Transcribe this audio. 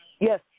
Yes